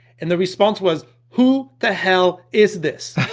and the response was, who the hell is this?